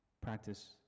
practice